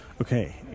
Okay